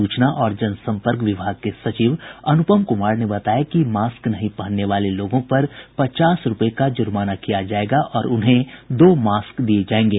सूचना और जनसंपर्क विभाग के सचिव अनुपम कुमार ने बताया कि मास्क नहीं पहनने वाले लोगों पर पचास रुपये का जुर्माना किया जायेगा और उन्हें दो मास्क दिये जायेंगे